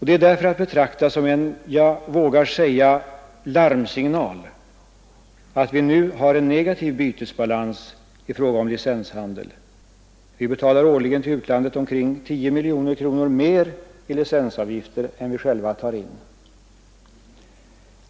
Det är därför att betrakta som en, jag vågar säga, larmsignal att vi nu har en negativ bytesbalans i fråga om licenshandel. Vi betalar till utlandet omkring 10 miljoner kronor mer i licensavgifter än vi själva tar in.